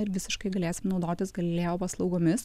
ir visiškai galėsim naudotis galilėjo paslaugomis